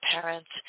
parents